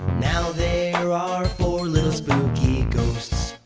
now there are four little spooky ghosts.